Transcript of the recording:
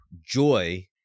joy